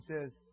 says